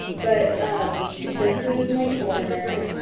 but um this is my corner.